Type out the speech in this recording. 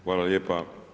Hvala lijepa.